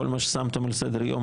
כשהסתכלתי על סדר היום,